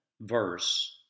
verse